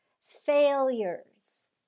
failures